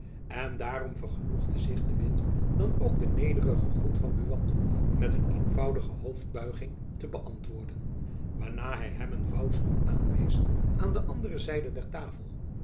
en daarom vergenoegde zich de witt dan ook de nederige groet van buat met een eenvoudige hoofdbuiging te beantwoorden waarna hy hem een vouwstoel aanwees aan de andere zijde der tafel